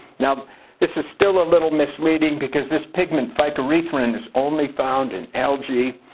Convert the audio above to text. now this is still a little misleading because this pigment phycoerythrin and is only found in algae.